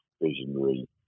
visionary